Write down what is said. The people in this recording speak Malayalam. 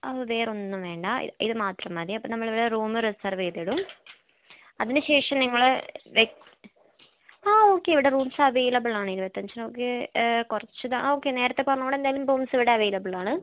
അത് വേറെ ഒന്നും വേണ്ട ഇത് ഇത് മാത്രം മതി നമ്മൾ വേറെ റൂം റിസർവ് ചെയ്തിടും അതിനുശേഷം നിങ്ങൾ ലൈക് ആ ഓക്കേ ഇവിടെ റൂംസ് അവൈലബിൾ ആണ് ഇരുപത്തഞ്ചിനൊക്കെ കുറച്ച് ആ ഓക്കേ നേരത്തെ പറഞ്ഞത് പോലെ ഇവിടെ എന്തായാലും ഇവിടെ റൂംസ് അവൈലബിൾ ആണ്